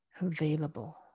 available